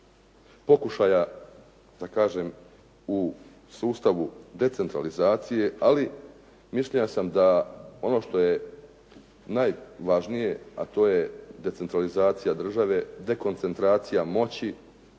kažem u sustavu decentralizacije. Ali mišljenja sam da ono što je najvažnije a to je decentralizacija države, dekoncentracija moći,